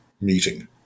meeting